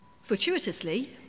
Fortuitously